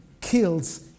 kills